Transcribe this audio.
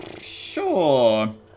Sure